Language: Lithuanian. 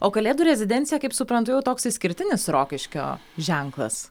o kalėdų rezidencija kaip suprantu jau toks išskirtinis rokiškio ženklas